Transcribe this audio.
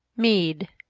mead.